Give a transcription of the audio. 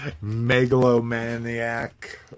megalomaniac